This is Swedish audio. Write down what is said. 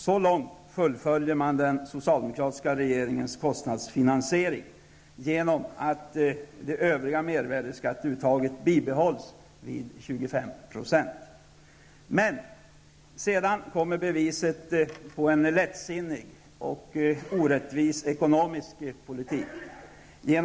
Så långt fullföljer man den socialdemokratiska regeringens kostnadsfinansiering, genom att det övriga mervärdeskatteuttaget bibehålls vid 25 %. Men sedan kommer beviset på en lättsinnig och orättvis ekonomisk politik.